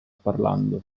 parlando